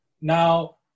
Now